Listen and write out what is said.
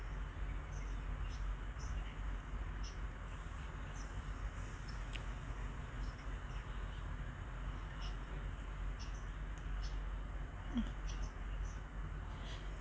mm